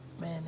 man